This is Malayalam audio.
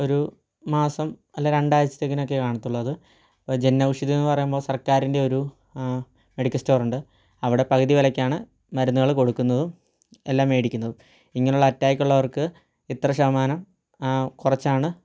ഒരു മാസം അല്ലെങ്കിൽ രണ്ടാഴ്ചത്തേനൊക്കെ കാണത്തുള്ളൂ അത് ജെൻ ഔഷധിന്ന് എന്ന് പറയുമ്പം സർക്കാരിൻ്റെ ഒരു മെഡിക്കൽ സ്റ്റോറുണ്ട് അവിടെ പകുതി വിലയ്ക്കാണ് മരുന്നുകൾ കൊടുക്കുന്നതും എല്ലാം മേടിക്കുന്നതും ഇങ്ങനെയുള്ള അറ്റാക്കുള്ളവർക്ക് ഇത്ര ശതമാനം കുറച്ചാണ്